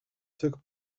took